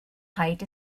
height